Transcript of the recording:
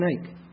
snake